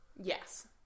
Yes